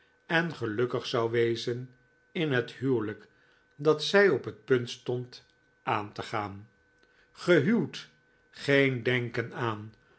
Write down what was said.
en gelukkig zou wezen in het huwelijk dat zij op het punt stond aan te gaan gehuwd geen denken aan